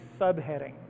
subheadings